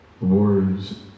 words